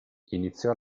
iniziò